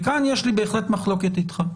וכאן יש לי בהחלט מחלוקת איתך.